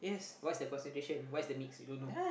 what's the concentration what's the mix you don't know